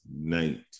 night